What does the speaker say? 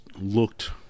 looked